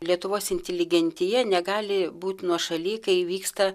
lietuvos inteligentija negali būt nuošaly kai vyksta